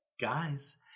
guys